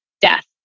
death